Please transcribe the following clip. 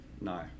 no